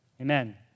Amen